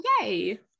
Yay